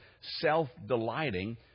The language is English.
self-delighting